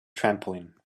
trampoline